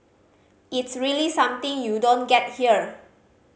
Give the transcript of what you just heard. it's really something you don't get here